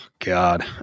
God